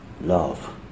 love